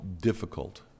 difficult